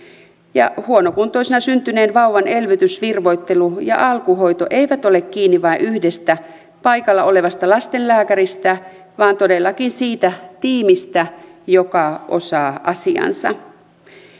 ja huonokuntoisena syntyneen vauvan elvytys virvoittelu ja alkuhoito eivät ole kiinni vain yhdestä paikalla olevasta lastenlääkäristä vaan todellakin siitä tiimistä joka osaa asiansa